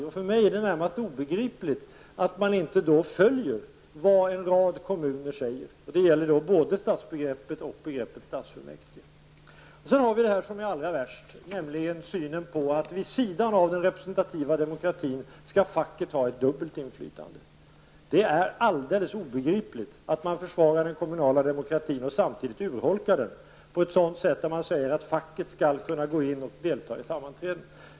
Och för mig är det närmast obegripligt att man då inte följer vad en rad kommuner säger, och det gäller både stadsbegreppet och begreppet stadsfullmäktige. Det allra värsta är emellertid synen på att facket vid sidan av den representativa demokratin skall ha ett dubbelt inflytande. Det är alldeles obegripligt att man försvarar den kommunala demokratin och samtidigt urholkar den på ett sådant sätt att man säger att facket skall kunna gå in och delta i sammanträden.